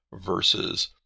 versus